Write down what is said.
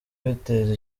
biteza